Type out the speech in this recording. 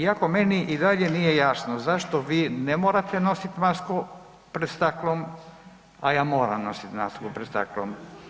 Iako meni i dalje nije jasno zašto vi ne morate nosit masku pred staklom, a ja moram nosit masku pred staklom.